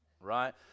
Right